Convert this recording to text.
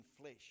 flesh